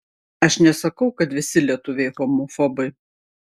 aš nesakau kad visi lietuviai homofobai